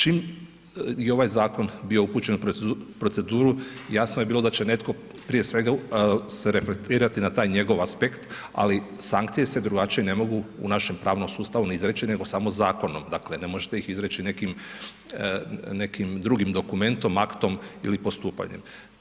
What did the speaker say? Čim je ovaj zakon bio upućen u proceduru, jasno je bilo da će netko prije svega se reflektirati na taj njegov aspekt, ali sankcije se drugačije ne mogu u našem pravnom sustavu ni izreći, nego samo zakonom, dakle, ne možete ih izreći nekim drugim dokumentom, aktom ili postupanjem.